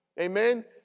amen